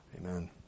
Amen